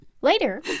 Later